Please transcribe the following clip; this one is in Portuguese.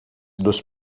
dos